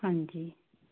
ਹਾਂਜੀ